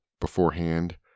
beforehand